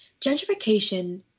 Gentrification